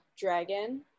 Dragon